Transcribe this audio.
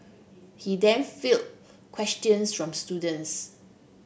he then field questions from students